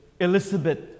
Elizabeth